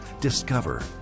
Discover